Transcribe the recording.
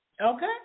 Okay